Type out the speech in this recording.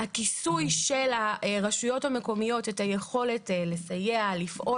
הכיסוי של הרשויות המקומיות את היכולת לסייע ולפעול